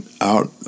out